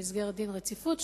במסגרת דין רציפות,